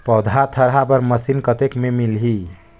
पौधा थरहा बर मशीन कतेक मे मिलही?